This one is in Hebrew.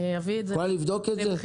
את יכולה לבדוק את זה?